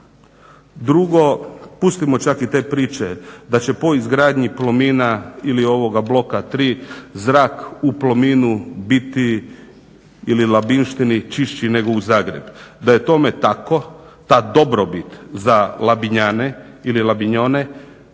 Drugo, pustimo čak i te priče da će po izgradnji Plomina ili ovoga bloka 3, zrak u Plominu biti ili Labinštini čišći nego u Zagrebu. Da je tome tako, ta dobrobit za Labinjane ili Labinjone